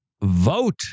vote